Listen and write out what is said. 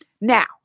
Now